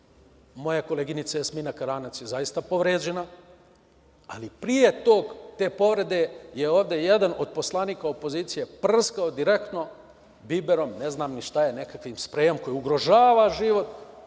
moja koleginica Jasmina Karanac je zaista povređena, ali pre te povrede je ovde jedan od poslanika opozicije prskao direktno biberom, ne znam ni šta je, nekakvim sprejom, koji ugrožava život,